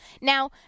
Now